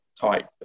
type